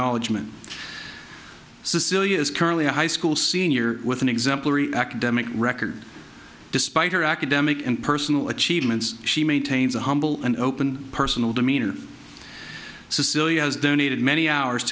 acknowledgment sicilia is currently a high school senior with an exemplary academic record despite her academic and personal achievements she maintains a humble and open personal demeanor sicilia has donated many hours